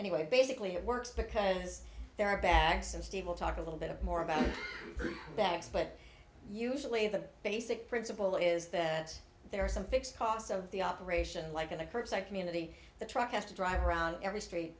anyway basically it works because there are backs and steve will talk a little bit more about backs but usually the basic principle is that there are some fixed costs of the operation like in the curbside community the truck has to drive around every street